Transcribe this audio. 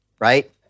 right